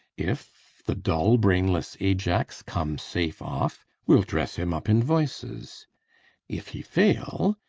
if the dull brainless ajax come safe off, we'll dress him up in voices if he fail,